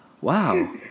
Wow